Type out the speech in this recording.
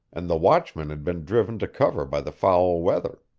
and the watchman had been driven to cover by the foul weather.